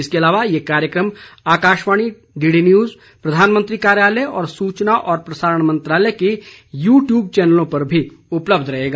इसके अलावा यह कार्यक्रम आकाशवाणी डीडी न्यूज प्रधानमंत्री कार्यालय तथा सूचना और प्रसारण मंत्रालय के यू ट्यूब चैनलों पर भी उपलब्ध रहेगा